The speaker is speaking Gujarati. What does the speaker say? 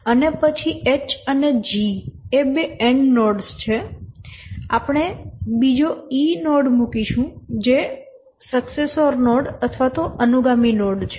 અને પછી H અને G એ બે એન્ડ નોડ્સ છે આપણે બીજો E નોડ મૂકીશું જે અનુગામી નોડ છે